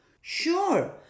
Sure